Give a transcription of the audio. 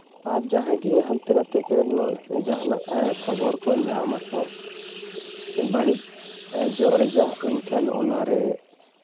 ᱟᱨ ᱡᱟᱦᱟᱭ ᱜᱮ ᱦᱟᱱᱛᱮ ᱱᱟᱛᱮ ᱠᱚ ᱡᱟᱦᱟᱱᱟᱜ ᱠᱷᱚᱵᱚᱨ ᱠᱚᱭ ᱧᱟᱢᱟᱠᱚ ᱵᱟᱹᱲᱤᱡᱚᱜ ᱨᱮᱭᱟᱜ ᱮᱱᱠᱷᱟᱱ ᱚᱱᱟᱨᱮ